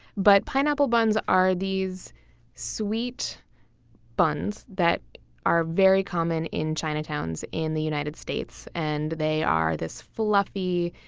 but pineapple buns are these sweet buns that are very common in chinatowns in the united states. and they are this fluffy,